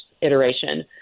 iteration